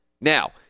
Now